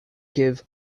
give